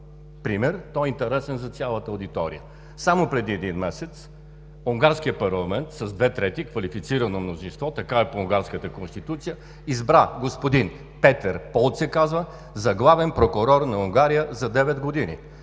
пример – той е интересен за цялата аудитория. Само преди един месец унгарският парламент с две трети квалифицирано мнозинство – така е по Унгарската конституция, избра господин Петер Полт за главен прокурор на Унгария за девет години.